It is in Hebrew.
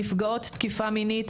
נפגעות תקיפה מינית,